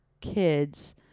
kids